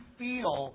feel